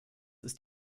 ist